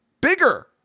bigger